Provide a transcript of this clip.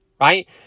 right